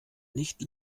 nicht